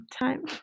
time